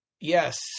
yes